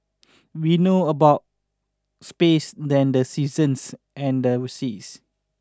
we know about space than the seasons and the seas